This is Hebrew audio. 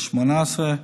18,